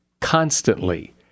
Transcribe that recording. constantly